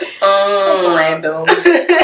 random